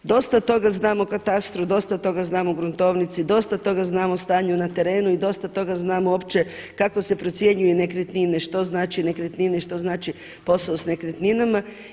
Dosta toga znam o katastru, dosta toga znam o gruntovnici, dosta toga znam o stanju na terenu i dosta toga znam uopće kako se procjenjuju nekretnine, što znači nekretnine, što znači posao s nekretninama.